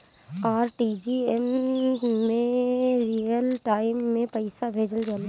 RTGS में real time में पइसा भेजल जाला